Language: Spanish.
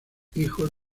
hijos